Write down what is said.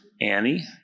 Annie